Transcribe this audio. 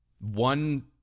One